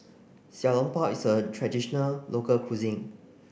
Xiao Long Bao is a traditional local cuisine